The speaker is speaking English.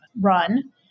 run